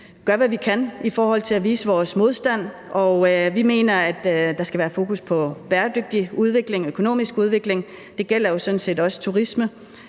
gør, hvad vi kan, for at vise vores modstand, og vi mener, at der skal være fokus på bæredygtig udvikling, økonomisk udvikling. Det gælder jo sådan set